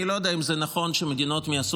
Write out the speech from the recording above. אני לא יודע אם זה נכון שמדינות מהסוג